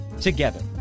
together